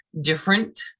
different